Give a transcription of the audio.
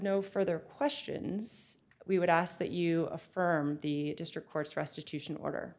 no further questions we would ask that you affirm the district court's restitution order